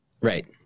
Right